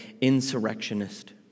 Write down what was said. insurrectionist